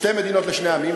שתי מדינות זה ימין-ימין?